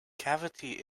cavity